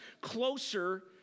closer